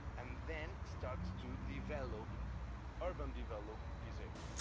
and then starts to develop urban develop this area,